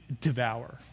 devour